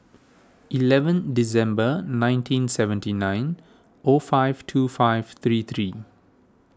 eleven December nineteen seventy nine O five two five three three